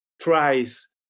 tries